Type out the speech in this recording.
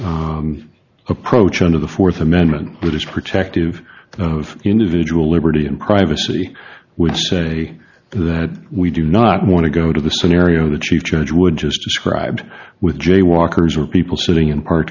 fundamental approach under the fourth amendment which is protective of individual liberty and privacy which say that we do not want to go to the scenario the chief judge would just described with jaywalkers were people sitting in part